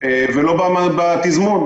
ולא בתזמון.